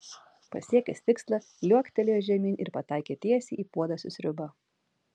pasiekęs tikslą liuoktelėjo žemyn ir pataikė tiesiai į puodą su sriuba